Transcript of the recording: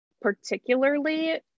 particularly